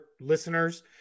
listeners